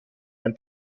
ein